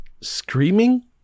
screaming